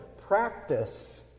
practice